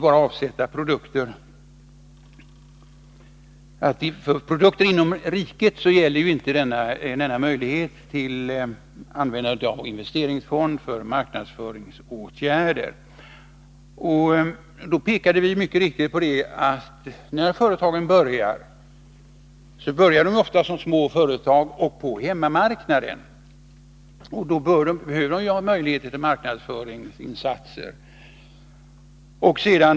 För avsättande av produkter inom riket gäller ju inte denna möjlighet att använda investeringsfondsmedel för marknadsföringsåtgärder. Då pekade vi mycket riktigt på att företagen ofta börjar som småföretag på hemmamarknaden. De behöver då ha möjlighet till marknadsföringsinsatser.